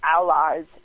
allies